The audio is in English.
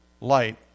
Light